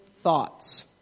thoughts